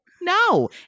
No